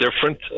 different